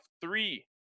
three